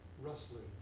rustling